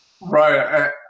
Right